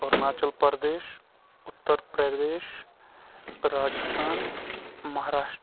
Arunachal Pradesh Uttar Pradesh Rajasthan Maharashtra